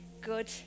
good